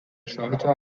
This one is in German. schalter